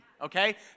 okay